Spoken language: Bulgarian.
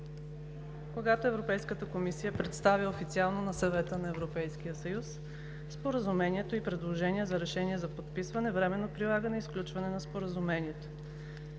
когато Европейската комисия представя официално на Съвета на Европейския съюз Споразумение и предложения за решения за подписване, временно прилагане и сключване на Споразумението.